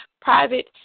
private